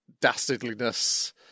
dastardliness